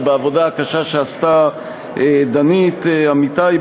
ובעבודה הקשה שעשתה דנית אמיתי,